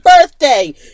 birthday